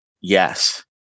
Yes